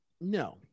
No